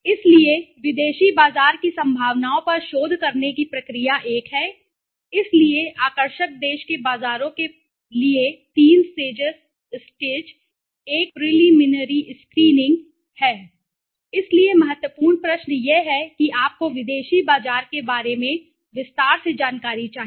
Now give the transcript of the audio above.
इसलिए विदेशी बाजार की संभावनाओं पर शोध करने की प्रक्रिया एक है इसलिए आकर्षक देश के बाजारों के लिए तीन सेजस स्टेज एक प्रिलिमिनरी स्क्रीनिंग हैं इसलिए महत्वपूर्ण प्रश्न यह है कि आपको विदेशी बाजार के बारे में विस्तार से जानकारी चाहिए